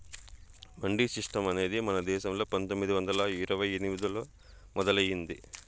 mandi system అనేది మన దేశంలో పందొమ్మిది వందల ఇరవై ఎనిమిదిలో మొదలయ్యింది